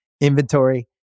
inventory